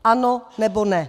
Ano, nebo ne?